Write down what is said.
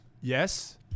yes